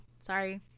sorry